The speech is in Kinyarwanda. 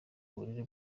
uburere